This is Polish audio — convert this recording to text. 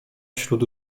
wśród